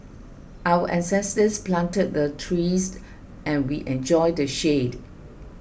our ancestors planted the trees and we enjoy the shade